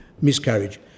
miscarriage